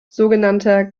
sogenannter